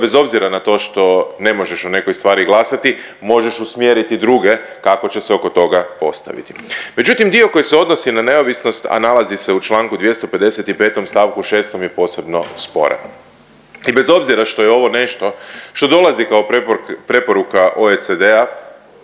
bez obzira na to što ne možeš o nekoj stvari glasati možeš usmjeriti druge kako će se oko toga postaviti. Međutim, dio koji se odnosi na neovisnost, a nalazi se u čl. 255. st. 6. je posebno sporan. I bez obzira što je ovo nešto što dolazi kao preporuka OECD-a